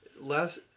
Last